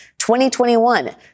2021